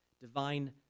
divine